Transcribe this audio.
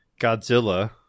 Godzilla